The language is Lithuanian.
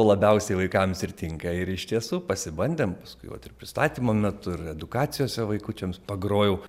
labiausiai vaikams ir tinka ir iš tiesų pasibandėm paskui vat ir pristatymo metu ir edukacijose vaikučiams pagrojau